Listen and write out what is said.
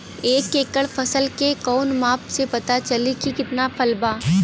एक एकड़ फसल के कवन माप से पता चली की कितना फल बा?